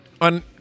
on